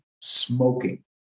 smoking